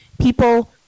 People